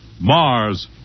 Mars